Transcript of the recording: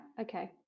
okay